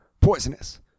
poisonous